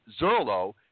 Zerlo